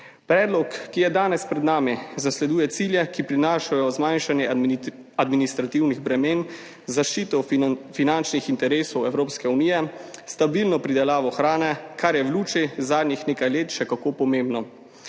Predlog, ki je danes pred nami, zasleduje cilje, ki prinašajo zmanjšanje administrativnih bremen, zaščito finančnih interesov Evropske unije, stabilno pridelavo hrane, kar je v luči zadnjih nekaj let še kako pomembno